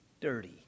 dirty